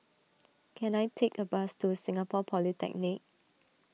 can I take a bus to Singapore Polytechnic